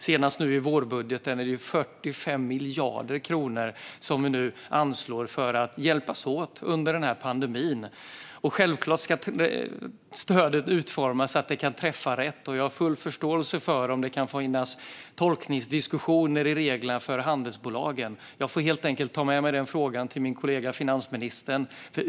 Senast i vårbudgeten anslår vi 45 miljarder kronor för att hjälpa till under pandemin. Självklart ska stödet utformas så att det träffar rätt, och jag har full förståelse för att det kan finnas tolkningsdiskussioner om reglerna för handelsbolagen. Jag får helt enkelt ta med mig frågan till min kollega finansministern.